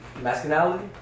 masculinity